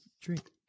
drink